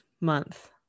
month